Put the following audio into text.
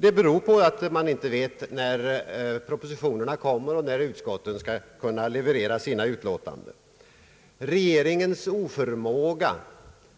Detta beror på att man inte vet när propositionerna kommer att läggas fram och alltså inte heller när ut skotten kommer att kunna leverera sina utlåtanden. Regeringens oförmåga